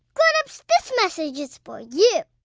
grown-ups, this message is for you